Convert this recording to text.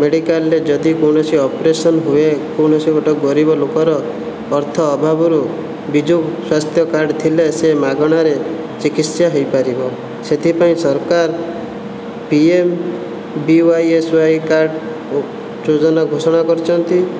ମେଡ଼ିକାଲରେ ଯଦି କୌଣସି ଅପରେସନ୍ ହୁଏ କୌଣସି ଗୋଟିଏ ଗରିବ ଲୋକର ଅର୍ଥ ଅଭାବରୁ ବିଜୁ ସ୍ୱାସ୍ଥ୍ୟ କାର୍ଡ ଥିଲେ ସେ ମାଗଣାରେ ଚିକିତ୍ସା ହୋଇପାରିବ ସେଥିପାଇଁ ସରକାର ପିଏମ୍ବିୱାଇଏସ୍ୱାଇ କାର୍ଡ ଯୋଜନା ଘୋଷଣା କରିଛନ୍ତି